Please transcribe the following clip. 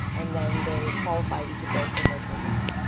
and then they qualify each of those in their profile.